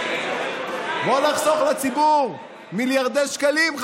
בוא נחסוך לציבור מיליארדי שקלים,